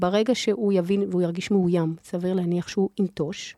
ברגע שהוא יבין והוא ירגיש מאוים, סביר להניח שהוא ינטוש.